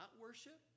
worship